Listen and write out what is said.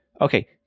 Okay